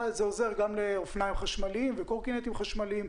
זה עוזר גם בנושא של אופניים חשמליים וקורקינטים חשמליים,